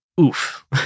oof